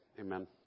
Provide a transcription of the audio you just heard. Amen